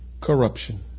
corruption